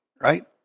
right